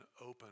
open